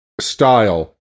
style